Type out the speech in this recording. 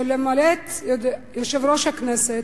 שלמעט יושב-ראש הכנסת,